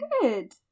Good